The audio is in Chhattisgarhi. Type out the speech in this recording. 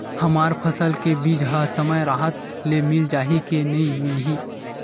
हमर फसल के बीज ह समय राहत ले मिल जाही के नी मिलही?